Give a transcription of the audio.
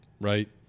right